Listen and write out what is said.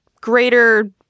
greater